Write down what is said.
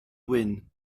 wyn